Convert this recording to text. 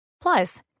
Plus